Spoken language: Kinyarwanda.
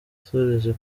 yasoreje